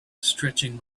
stretching